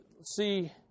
see